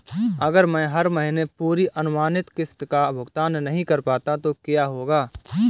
अगर मैं हर महीने पूरी अनुमानित किश्त का भुगतान नहीं कर पाता तो क्या होगा?